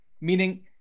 Meaning